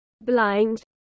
blind